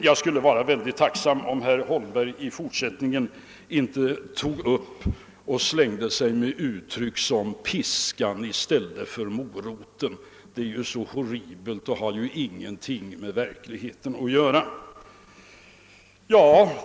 Jag skulle vara mycket tacksam om herr Holmberg i fortsättningen inte använde ord som piskan och moroten. Det är så horribelt och har ingenting med verkligheten att göra.